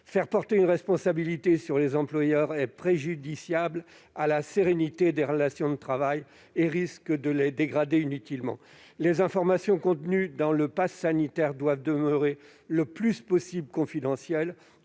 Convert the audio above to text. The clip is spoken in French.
Faire porter une responsabilité sur les employeurs est préjudiciable à la sérénité des relations de travail et risque de les dégrader inutilement. Les informations contenues dans le passe sanitaire doivent, le plus possible, demeurer confidentielles.